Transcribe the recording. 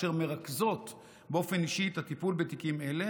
אשר מרכזות באופן אישי את הטיפול בתיקים אלו,